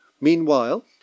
Meanwhile